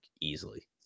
easily